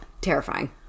terrifying